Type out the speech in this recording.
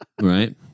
Right